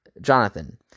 Jonathan